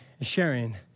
sharing